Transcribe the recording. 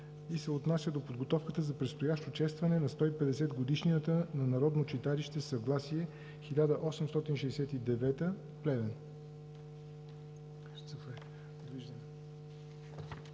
и се отнася до подготовката за предстоящото честване на 150 годишнината на Народно читалище „Съгласие 1869“